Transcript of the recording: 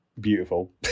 beautiful